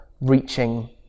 reaching